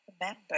remember